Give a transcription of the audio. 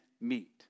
meet